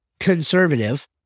conservative